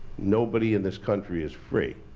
nobody in this country is free,